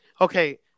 okay